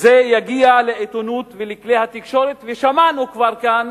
יגיע לעיתונות ולכלי התקשורת, וכבר שמענו כאן